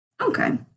Okay